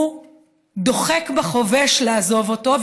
הוא דוחק בחובש לעזוב אותו,